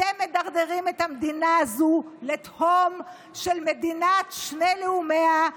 אתם מדרדרים את המדינה הזו לתהום של מדינת שני לאומיה,